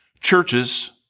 Churches